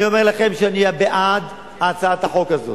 אני אומר לכם שאני אהיה בעד הצעת החוק הזאת.